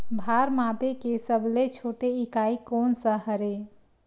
भार मापे के सबले छोटे इकाई कोन सा हरे?